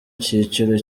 cyiciro